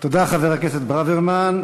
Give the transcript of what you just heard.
תודה, חבר הכנסת ברוורמן.